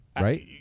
right